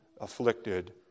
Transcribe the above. afflicted